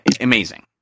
Amazing